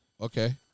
Okay